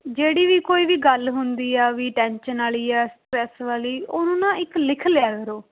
ਜਿਹੜੀ ਵੀ ਕੋਈ ਵੀ ਗੱਲ ਹੁੰਦੀ ਆ ਵੀ ਟੈਂਸ਼ਨ ਵਾਲੀ ਜਾਂ ਸਟਰੈਸ ਵਾਲੀ ਉਹਨੂੰ ਨਾ ਇੱਕ ਲਿਖ ਲਿਆ ਕਰੋ